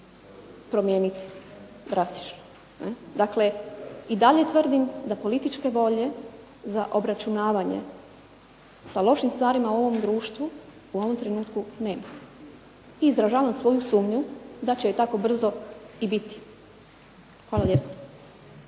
promijeniti drastično. Dakle i dalje tvrdim da političke volje za obračunavanje sa lošim stvarima u ovom društvu u ovom trenutku nema. I izražavam svoju sumnju da će je tako brzo i biti. **Friščić,